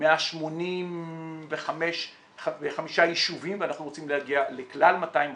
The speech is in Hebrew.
של 185 ישובים ואנחנו רוצים להגיע לכלל 250 ישובים.